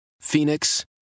Phoenix